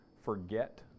forget